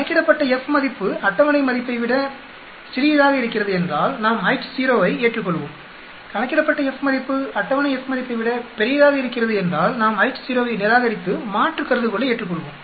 கணக்கிடப்பட்ட F மதிப்பு அட்டவணை மதிப்பை விட என்றால் நாம் H0 ஐ ஏற்றுக்கொள்வோம் கணக்கிடப்பட்ட F மதிப்பு அட்டவணை F மதிப்பை விட என்றால் நாம் H0 ஐ நிராகரித்து மாற்று கருதுகோளை ஏற்றுக்கொள்வோம்